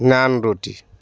نان روٹی